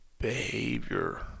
behavior